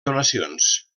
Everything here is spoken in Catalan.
donacions